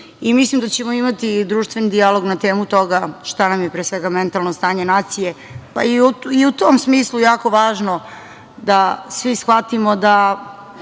Mislim da ćemo imati društveni dijalog na temu toga šta nam je pre svega mentalno stanje nacije, pa i u tom smislu jako važno da svi shvatimo da